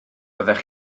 byddech